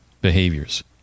behaviors